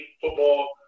football